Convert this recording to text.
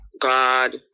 God